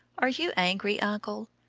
are you angry, uncle?